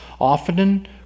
often